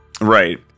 right